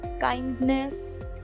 kindness